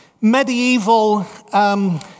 medieval